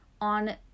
on